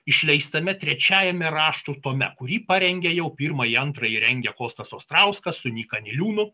išleistame trečiajame raštų tome kurį parengė jau pirmąjį antrąjį rengė kostas ostrauskas su nyka niliūnu